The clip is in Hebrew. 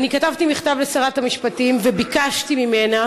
אני כתבתי מכתב לשרת המשפטים וביקשתי ממנה